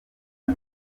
ati